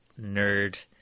nerd